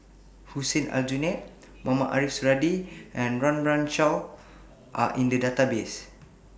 Hussein Aljunied Mohamed Ariff Suradi and Run Run Shaw Are in The Database